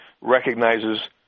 recognizes